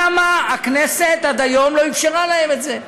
למה הכנסת עד היום לא אפשרה להם את זה?